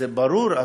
זה ברור,